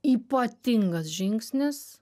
ypatingas žingsnis